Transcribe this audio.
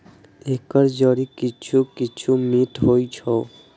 एकर जड़ि किछु किछु मीठ होइ छै